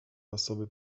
osoby